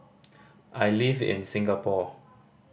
I live in Singapore